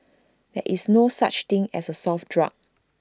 there is no such thing as A soft drug